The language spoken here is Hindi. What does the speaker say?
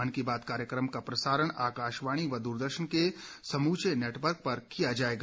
मन की बात कार्यक्रम का प्रसारण आकाशवाणी व द्रदर्शन के समूचे नेटवर्क पर किया जाएगा